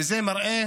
וזה מראה